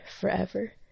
forever